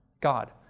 God